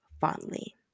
fondly